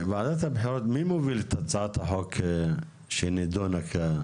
וועדת הבחירות מי מוביל את הצעת החוק שנידונה כאן?